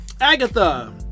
Agatha